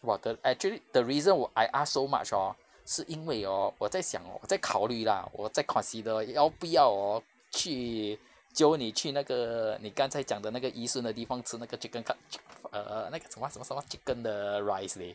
!wah! the actually the reason 我 I ask so much hor 是因为 hor 我在想 hor 我在考虑 lah 我在 consider 要不要 hor 去 jio 你去那个你刚才讲的那个 yishun 的地方吃那个 chicken cut~ chick~ err 那个什么什么什么 chicken 的 rice leh